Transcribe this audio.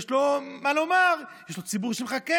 יש לו מה לומר, יש לו ציבור שמחכה.